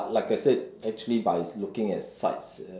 but like I said actually by looking at sights